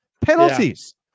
penalties